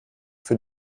für